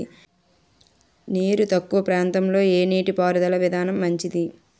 నీరు తక్కువ ప్రాంతంలో ఏ నీటిపారుదల విధానం మంచిది?